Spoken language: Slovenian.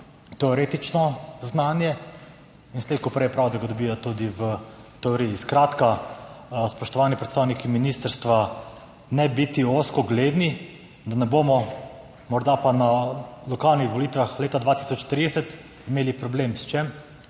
teoretično znanje. Slej ko prej je prav, da ga dobijo tudi v praksi. Skratka, spoštovani predstavniki ministrstva, ne biti ozkogledni, da ne bomo morda pa na lokalnih volitvah leta 2030 imeli problema – s čim?